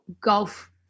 golf